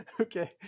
Okay